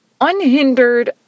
unhindered